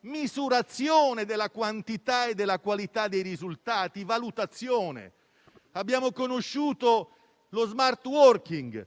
misurazione della quantità e della qualità dei risultati e valutazione. Abbiamo conosciuto lo *smart working*,